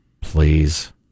Please